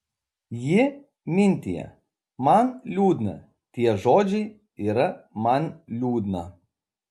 ji mintija man liūdna tie žodžiai yra man liūdna